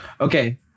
okay